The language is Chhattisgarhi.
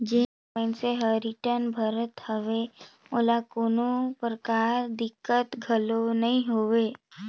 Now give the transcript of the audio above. जेन मइनसे हर रिटर्न भरत हवे ओला कोनो परकार दिक्कत घलो नइ होवे